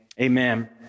Amen